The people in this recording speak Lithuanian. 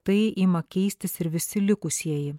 tai ima keistis ir visi likusieji